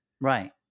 Right